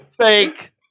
fake